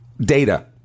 data